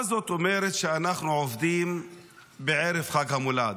מה זאת אומרת שאנחנו עובדים בערב חג המולד?